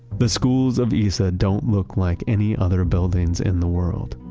the schools of isa don't look like any other buildings in the world.